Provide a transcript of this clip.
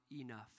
enough